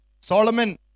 Solomon